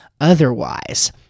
otherwise